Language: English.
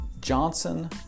Johnson